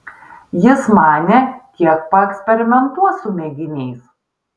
jis manė kiek paeksperimentuos su mėginiais